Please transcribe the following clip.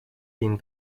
been